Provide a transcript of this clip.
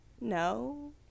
No